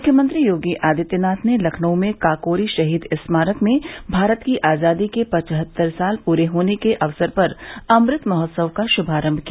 मुख्यमंत्री योगी आदित्यनाथ ने लखनऊ में काकोरी शहीद स्मारक में भारत की आज़ादी के पचहत्तर साल पूरे होने के अवसर पर अमृत महोत्सव का शुभारम्म किया